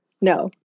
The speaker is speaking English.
no